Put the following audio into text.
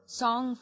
song